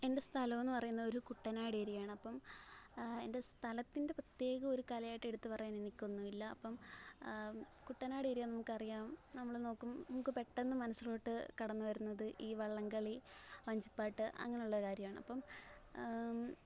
എൻ്റെ സ്ഥലമെന്നുപറയുന്നത് ഒരു കുട്ടനാട് ഏരിയയാണ് അപ്പോള് എൻ്റെ സ്ഥലത്തിൻ്റെ പ്രത്യേക ഒരു കലയായിട്ട് എടുത്തുപറയാനെനിക്കൊന്നുമില്ല അപ്പോള് കുട്ടനാട് ഏരിയ നമുക്കറിയാം നമ്മൾ നോക്കും നമുക്ക് പെട്ടെന്ന് മനസ്സിലോട്ട് കടന്നുവരുന്നത് ഈ വള്ളംകളി വഞ്ചിപ്പാട്ട് അങ്ങനുള്ള കാര്യമാണ് അപ്പോള്